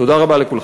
תודה רבה לכולכם.